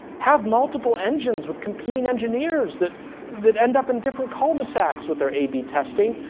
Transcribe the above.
have multiple engines with competing engineers that that end up in different cul-de-sacs with their ab testing.